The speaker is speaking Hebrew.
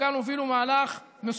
וכאן הם הובילו מהלך מסובך,